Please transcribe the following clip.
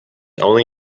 only